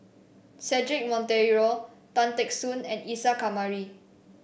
Cedric Monteiro Tan Teck Soon and Isa Kamari